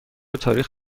تاریخ